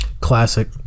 Classic